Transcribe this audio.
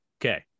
Okay